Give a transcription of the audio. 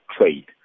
trade